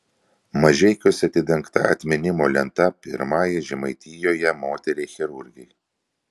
mažeikiuose atidengta atminimo lenta pirmajai žemaitijoje moteriai chirurgei